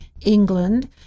England